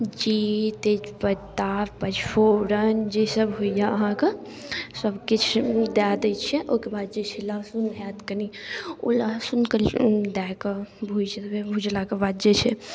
जीर तेजपत्ता पचफोरन जे सब होइए अहाँके सबकिछु दऽ दै छिए ओकर बाद जे छै लहसुन हैत कनि ओ लहसुन कनि दऽ कऽ भुजि देबै भुजलाके बाद जे छै